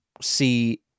see